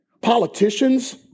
politicians